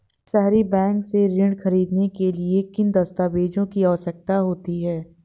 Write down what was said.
सहरी बैंक से ऋण ख़रीदने के लिए किन दस्तावेजों की आवश्यकता होती है?